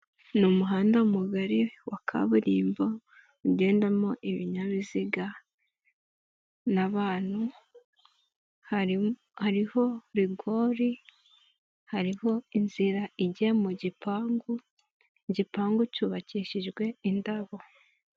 Ni umuhanda mugari wa kaburimbo ugendamo ibinyabiziga n'abantu; hariho rigori, hariho inzira ijya mu gipangu, igipangu cyubakishijwe indabo.